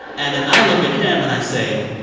and then i look at him. and i say,